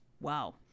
Wow